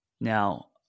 Now